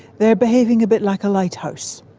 they are behaving a bit like a lighthouse.